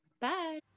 Bye